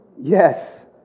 Yes